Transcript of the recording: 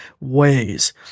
ways